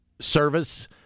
service